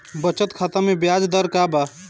बचत खाता मे ब्याज दर का बा?